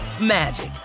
magic